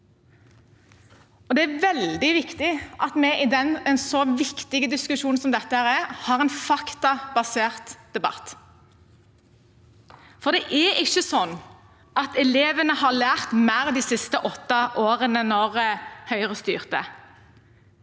Det er veldig viktig at vi i en så viktig diskusjon som dette er, har en faktabasert debatt, for det er ikke sånn at elevene lærte mer de åtte årene Høyre styrte.